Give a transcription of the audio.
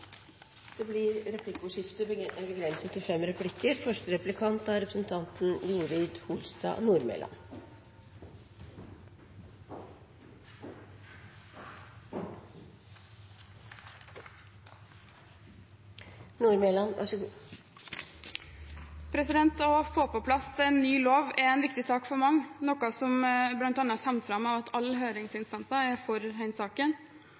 Det blir replikkordskifte. Å få på plass en ny lov er en viktig sak for mange, noe som bl.a. kommer fram ved at alle høringsinstanser er for denne saken.